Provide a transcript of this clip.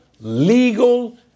legal